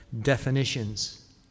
definitions